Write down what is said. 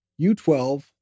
U12